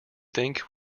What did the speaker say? think